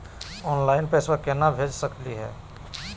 Online पैसवा केना भेज सकली हे?